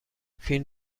فیلم